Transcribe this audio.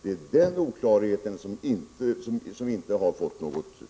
Det är när det gäller den oklarheten som vi inte har fått något besked.